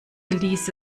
ließe